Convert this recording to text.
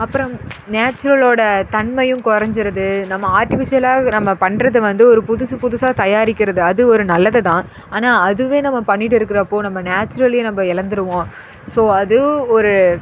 அப்புறம் நேச்சுரலோட தன்மையும் குறஞ்சிருது நம்ம ஆர்ட்டிஃபிஷியலாக நம்ம பண்ணுறது வந்து ஒரு புதுசு புதுசாக தயாரிக்கிறது அது ஒரு நல்லது தான் ஆனால் அதுவே நம்ம பண்ணிட்டு இருக்கிறப்போ நம்ம நேச்சுரலையும் நம்ம இழந்துருவோம் ஸோ அது ஒரு